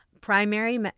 Primary